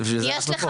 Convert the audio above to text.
בשביל זה אנחנו פה.